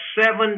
seven